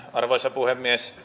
arvoisa puhemies